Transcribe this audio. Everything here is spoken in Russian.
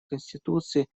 конституции